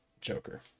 Joker